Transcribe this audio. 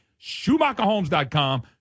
SchumacherHomes.com